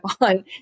on